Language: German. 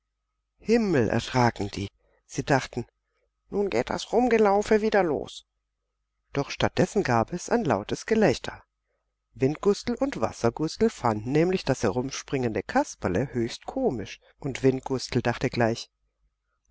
himmel erschraken die sie dachten nun geht das rundumgelaufe wieder los doch statt dessen gab es ein lautes gelächter windgustel und wassergustel fanden nämlich das herumspringende kasperle höchst komisch und windgustel dachte gleich